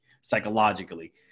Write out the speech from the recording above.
psychologically